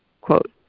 Quote